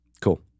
Cool